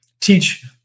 teach